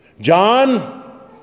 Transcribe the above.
John